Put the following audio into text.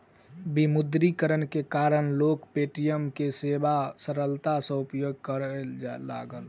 विमुद्रीकरण के कारण लोक पे.टी.एम के सेवा सरलता सॅ उपयोग करय लागल